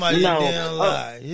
No